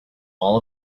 all